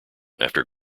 after